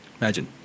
Imagine